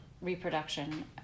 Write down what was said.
reproduction